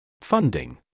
Funding